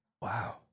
Wow